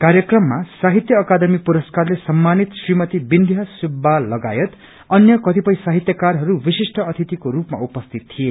कार्यक्रममा साहित्य अकादमी पुरस्कारले सम्मानित श्रीमती विन्ध्या सुब्बा लगायत अन्य कतिपय साहित्यकारहरू विशिष्ठ अतिथिको रूपमा उपस्थित थिए